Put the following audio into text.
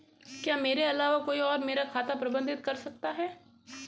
क्या मेरे अलावा कोई और मेरा खाता प्रबंधित कर सकता है?